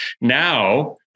now